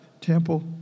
temple